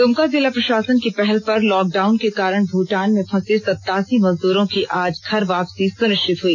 दुमका जिला प्रषासन की पहल पर लॉकडाउन के कारण भूटान में फंसे सत्तासी मजदूरों की आज घर वापसी सुनिष्चित हुई